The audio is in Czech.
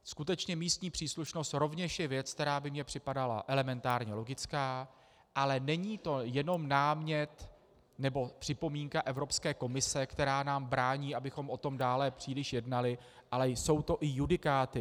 Skutečně místní příslušnost je rovněž věc, která by mi připadala elementárně logická, ale není to jenom námět, nebo připomínka Evropské komise, která nám brání, abychom o tom dále příliš jednali, ale jsou to i judikáty.